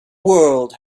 world